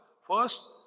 first